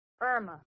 Irma